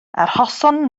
arhoson